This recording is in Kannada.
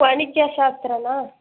ವಾಣಿಜ್ಯ ಶಾಸ್ತ್ರನಾ